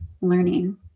learning